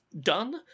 done